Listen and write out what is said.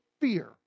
fear